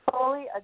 fully